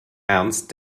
ernst